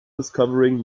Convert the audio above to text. discovering